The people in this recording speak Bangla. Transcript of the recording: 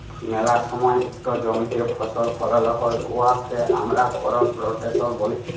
ম্যালা সময় ইকট জমিতে ফসল ফলাল হ্যয় উয়াকে আমরা করপ রটেশল ব্যলি